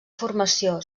formació